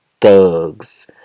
thugs